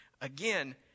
Again